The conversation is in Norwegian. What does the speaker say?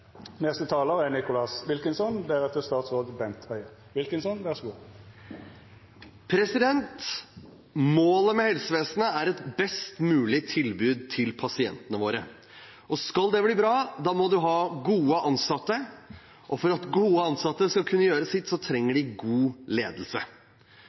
Målet med helsevesenet er et best mulig tilbud til pasientene våre. Skal det bli bra, må man ha gode ansatte, og for at gode ansatte skal kunne gjøre sitt,